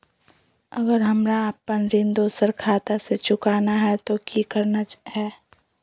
अगर हमरा अपन ऋण दोसर खाता से चुकाना है तो कि करना है?